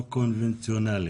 לא קונבנציונלית.